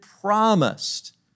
promised